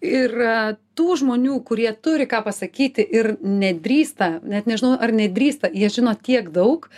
ir tų žmonių kurie turi ką pasakyti ir nedrįsta net nežinau ar nedrįsta jie žino tiek daug